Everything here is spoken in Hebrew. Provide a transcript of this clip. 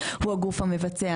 הוא הגוף המבצע,